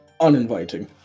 uninviting